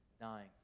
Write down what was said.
dying